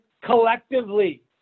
collectively